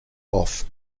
off